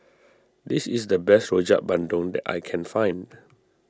this is the best Rojak Bandung that I can find